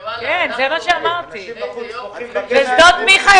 אבי,